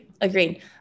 Agreed